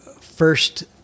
first